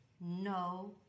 no